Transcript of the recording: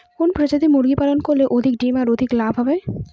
কোন প্রজাতির মুরগি পালন করলে অধিক ডিম ও অধিক লাভ হবে?